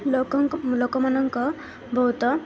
ଲୋକଙ୍କ ଲୋକମାନଙ୍କ ବହୁତ